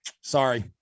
Sorry